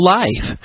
life